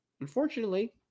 Unfortunately